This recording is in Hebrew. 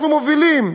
אנחנו מובילים,